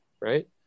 right